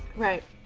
right